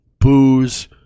Booze